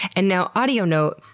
and now, audio note,